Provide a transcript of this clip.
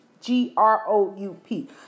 G-R-O-U-P